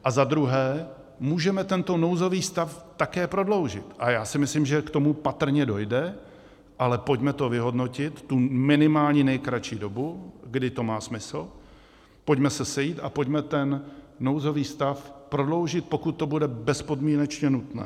A za druhé, můžeme tento nouzový stav také prodloužit, a já si myslím, že k tomu patrně dojde, ale pojďme to vyhodnotit, tu minimální nejkratší dobu, kdy to má smysl, pojďme se sejít a pojďme ten nouzový stav prodloužit, pokud to bude bezpodmínečně nutné.